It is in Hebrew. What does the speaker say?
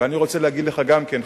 ואני רוצה להגיד לך גם כן,